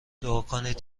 دعاکنید